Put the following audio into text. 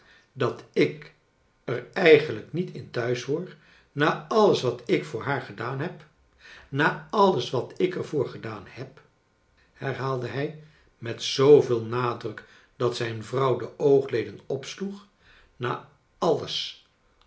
dat ik er eigenlijk niet in thuis hoor na alles wat ik voor haar gedaan heb na alles wat ik er voor gedaan heb herhaalde hij met zooveel nadruk dat zijn vrouw de oogleden opsloeg na alles